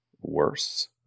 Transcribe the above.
worse